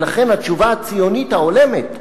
ולכן התשובה הציונית ההולמת,